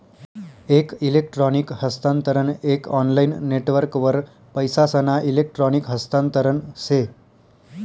एक इलेक्ट्रॉनिक हस्तांतरण एक ऑनलाईन नेटवर्कवर पैसासना इलेक्ट्रॉनिक हस्तांतरण से